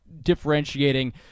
differentiating